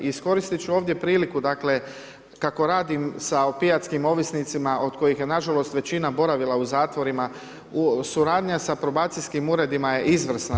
Iskoristit ću ovdje priliku dakle, kako radim sa opijatskim ovisnicima od kojih je nažalost većina boravila u zatvorima, suradnja sa probacijskim uredima je izvrsna.